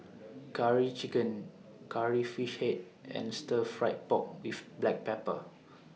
Curry Chicken Curry Fish Head and Stir Fried Pork with Black Pepper